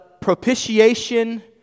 propitiation